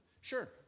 Sure